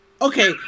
Okay